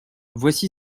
voici